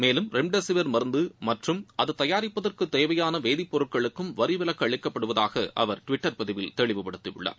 மேலும் ரெம்டெசிவிர் மருந்து மற்றும் அது தயாரிப்பதற்கு தேவையான வேதிப்பொருட்களுக்கும் வரி விலக்கு அளிக்கப்படுவதாக அவர் டுவிட்டர் பதிவில் தெளிவுப்படுத்தியுள்ளார்